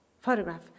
photograph